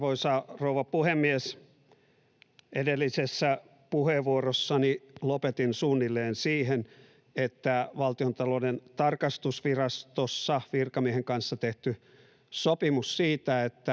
Arvoisa rouva puhemies! Edellisessä puheenvuorossani lopetin suunnilleen siihen, että Valtiontalouden tarkastusvirastossa virkamiehen kanssa tehty sopimus siitä,